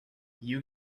you